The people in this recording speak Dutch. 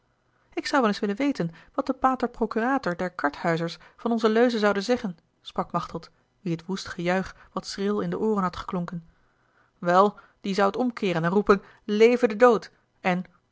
ik zou wel eens willen weten wat de pater procurator der karthuizers van onze leuze zoude zeggen sprak machteld wie het woest gejuich wat schril in de ooren had geklonken wel die zou het omkeeren en roepen leve de dood en